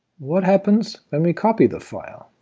what happens when we copy the file?